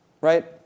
Right